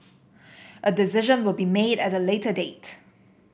a decision will be made at a later date